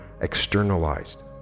externalized